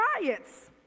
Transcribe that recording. riots